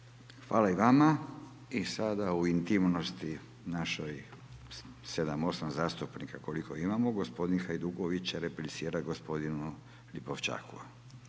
Hvala i vama. I sada u intimnosti, našoj 7, 8 zastupnika koliko imamo, gospodin Hajduković replicira gospodinu Lipošćaku.